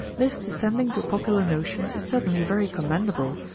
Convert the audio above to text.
this descending to popular notions is certainly very commendable,